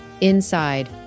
Inside